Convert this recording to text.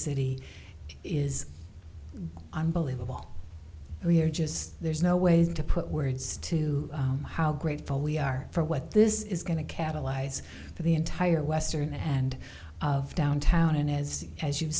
city is unbelievable we're just there's no way to put words to how grateful we are for what this is going to catalyze for the entire western and of downtown and as as you